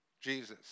Jesus